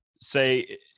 say